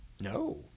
No